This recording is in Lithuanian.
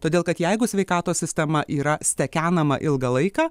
todėl kad jeigu sveikatos sistema yra stekenama ilgą laiką